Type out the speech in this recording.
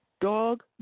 Dog